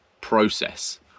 process